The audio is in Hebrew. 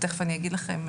תיכף אני אגיד לכם.